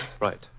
Right